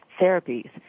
therapies